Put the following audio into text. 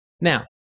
Now